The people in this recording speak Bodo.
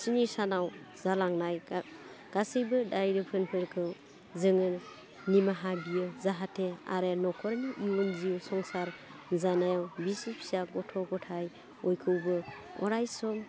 स्नि सानाव जालांनाय गा गासैबो दाय दोफोनफोरखौ जोङो निमाहा बियो जाहाथे आरो न'खरनि इयुन जिउ संसार जानायाव बिसि फिसा गथ' गथाय बयखौबो अरायसम